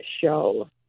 show